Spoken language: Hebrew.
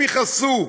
הם יכעסו,